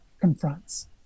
confronts